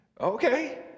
Okay